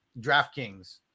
DraftKings